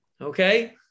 Okay